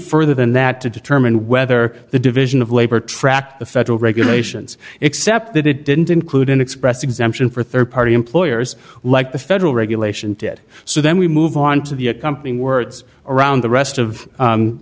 further than that to determine whether the division of labor tracked the federal regulations except that it didn't include an express exemption for rd party employers like the federal regulation did so then we move on to the accompanying words around the rest of